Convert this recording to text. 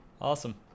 awesome